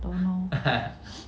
don't know